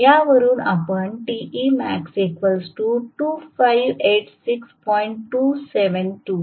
यावरून आपण येथे पोहोचू शकतो